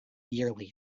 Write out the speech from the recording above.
yearly